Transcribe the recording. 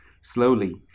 Slowly